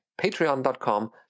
patreon.com